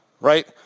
right